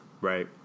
Right